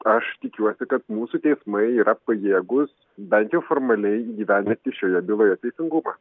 aš tikiuosi kad mūsų teismai yra pajėgūs bent jau formaliai įgyvendinti šioje byloje teisingumą